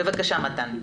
בבקשה מתן.